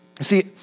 See